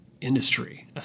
industry